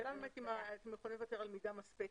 השאלה אם אתם יכולים לוותר על "מידה מספקת?